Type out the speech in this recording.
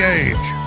age